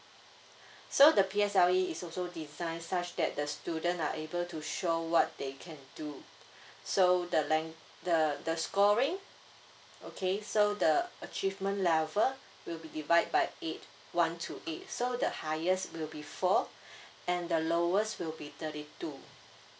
so the P_S_L_E is also design such that the student are able to show what they can do so the lang~ the the scoring okay so the achievement level will be divide by eight one to eight so the highest will be four and the lowest will be thirty two